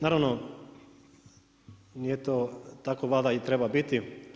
Naravno nije to, tako valjda i treba biti.